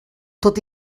tot